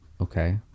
Okay